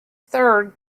third